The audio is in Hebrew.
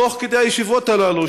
תוך כדי הישיבות האלה,